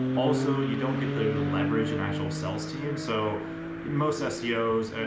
also you don't get to leverage an actual sales team. so most ah seos,